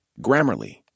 Grammarly